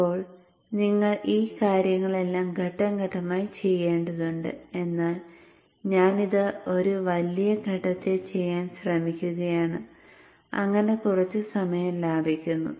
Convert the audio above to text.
ഇപ്പോൾ നിങ്ങൾ ഈ കാര്യങ്ങളെല്ലാം ഘട്ടം ഘട്ടമായി ചെയ്യേണ്ടതുണ്ട് എന്നാൽ ഞാൻ ഇത് ഒരു വലിയ ഘട്ടത്തിൽ ചെയ്യാൻ ശ്രമിക്കുകയാണ് അങ്ങനെ കുറച്ച് സമയം ലാഭിക്കുന്നു